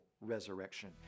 resurrection